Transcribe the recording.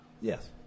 Yes